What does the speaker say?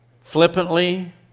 flippantly